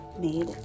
Made